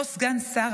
אותו סגן שר,